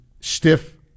stiff